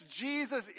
Jesus